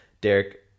Derek